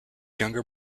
younger